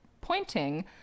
pointing